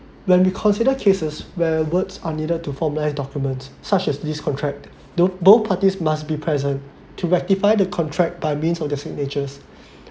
when we consider cases where words are needed to formalise documents such as this contract don't both parties must be present to rectify the contract by means of their signatures